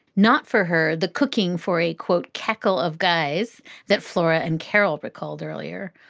not for her. the cooking for a, quote, cackle of guys that flora and carroll recalled earlier,